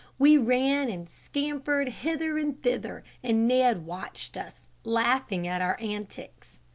we ran and scampered hither and thither, and ned watched us, laughing at our antics.